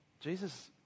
jesus